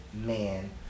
man